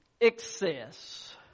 excess